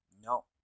no